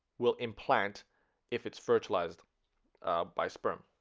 will implant if it's fertilized by sperm